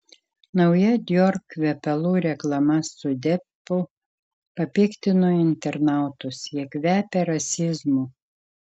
nauja dior kvepalų reklama su deppu papiktino internautus jie kvepia rasizmu